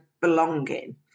belonging